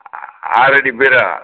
ஆறடி பீரோ